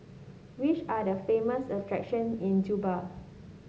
which are the famous attraction in Juba